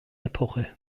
epoche